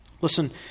Listen